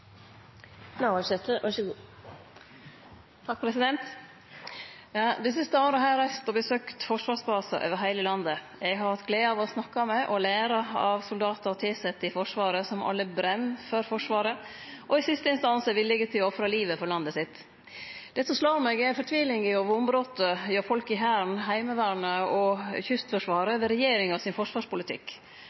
å snakke med og lære av soldatar og tilsette i Forsvaret, som alle brenn for Forsvaret og i siste instans er villige til å ofre livet for landet sitt. Det som slår meg, er fortvilinga og vonbrotet hos folk i Hæren, Heimevernet og Kystforsvaret over regjeringa sin forsvarspolitikk.